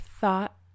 thought